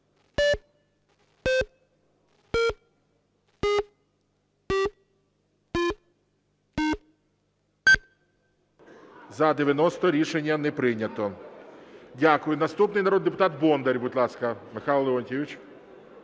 За-90 Рішення не прийнято. Дякую. Наступний народний депутат Бондар. Будь ласка, Михайло Леонтійович.